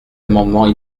amendements